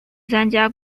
参加